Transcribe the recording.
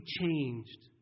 changed